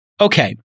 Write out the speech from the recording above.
okay